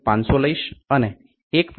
500 લઇશ અને 1